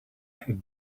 had